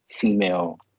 female